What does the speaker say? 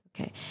Okay